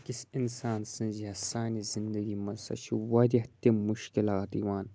أکِس اِنسان سٕنٛزِ یا سانہِ زندگی منٛز ہسا چھُ واریاہ تِم مُشکلات یِوان